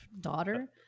daughter